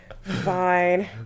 Fine